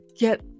get